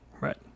Right